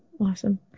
Awesome